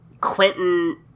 Quentin